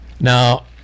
Now